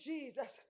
Jesus